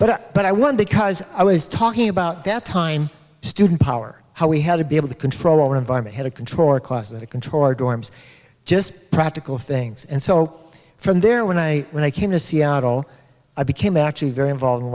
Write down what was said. but but i won because i was talking about that time student power how we had to be able to control our environment had a controller cost control our dorms just practical things and so from there when i when i came to seattle i became actually very involved in a